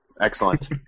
Excellent